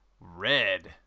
red